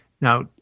now